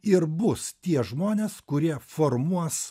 ir bus tie žmonės kurie formuos